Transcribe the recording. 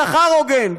בשכר הוגן,